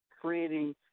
creating